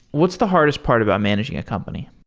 what's the hardest part about managing a company?